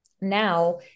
now